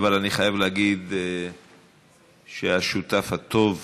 אבל אני חייב להגיד שהשותף הטוב